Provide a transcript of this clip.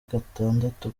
gatandatu